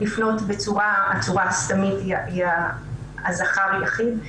לפנות בצורה הסתמי של זכר יחיד,